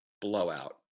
blowout